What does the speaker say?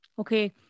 Okay